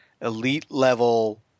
elite-level